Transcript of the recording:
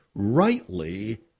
rightly